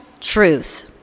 truth